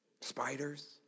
spiders